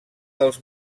dels